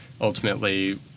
ultimately